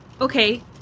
Okay